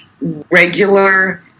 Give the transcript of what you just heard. regular